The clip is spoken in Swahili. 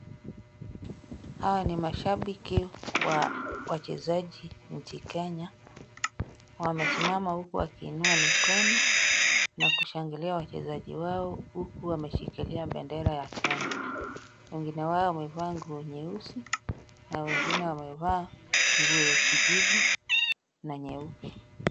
Hawa ni mashabiki wa wachezaji nchi Kenya, wamesimama huku wakiinua mikono na kushangilia wachezaji wao huku wameshikilia bendera ya Kenya, wengine wao wamevaa nguo nyeusi, na wengine wamevaa nguo ya kijivu na nyeupe.